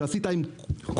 שעשית עם כולנו,